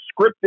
scripted